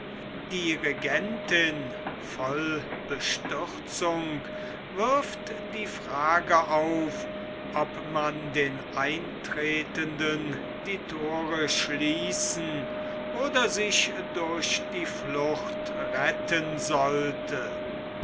die regentin voll bestürzung wirft die frage auf ob man den eintretenden die thore schließen oder sich durch die flucht retten sollte